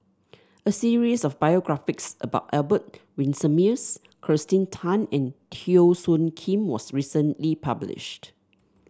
a series of biographies about Albert Winsemius Kirsten Tan and Teo Soon Kim was recently published